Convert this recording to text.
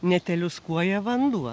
neteliūskuoja vanduo